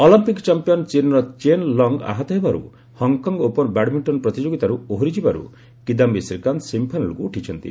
Olympic champion ଚୀନ୍ର Chen Long ଆହତ ହେବାରୁ ହଂକଂ ଓପନ୍ ବ୍ୟାଡ୍ମିଷ୍ଟନ ପ୍ରତିଯୋଗିତାରୁ ଓହରି ଯିବାରୁ କିଦାୟୀ ଶ୍ରୀକାନ୍ତ ସେମିଫାଇନାଲ୍କୁ ଉଠିଛନ୍ତି